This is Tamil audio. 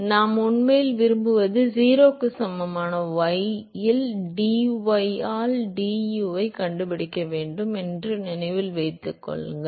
எனவே நாம் உண்மையில் விரும்புவது 0 க்கு சமமான y இல் dy ஆல் du ஐக் கண்டுபிடிக்க வேண்டும் என்பதை நினைவில் கொள்ளுங்கள்